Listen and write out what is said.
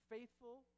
Faithful